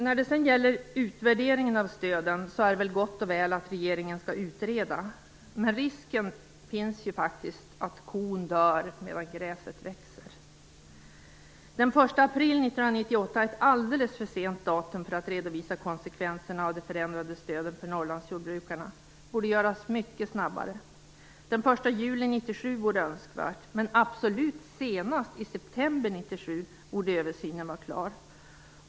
När det gäller utvärderingen av stöden är det väl gott och väl att regeringen skall utreda, men risken finns ju faktiskt att kon dör medan gräset växer. Den 1 april 1998 är ett alldeles för sent datum för att redovisa konsekvenserna av de förändrade stöden till Norrlandsjordbrukarna. Det borde göras mycket snabbare. Den 1 juli 1997 vore önskvärt, men absolut senast i september 1997 borde översynen vara klar.